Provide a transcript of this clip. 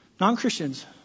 non-Christians